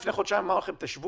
לפני חודשיים אמרנו לכם: תשבו,